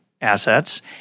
assets